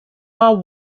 are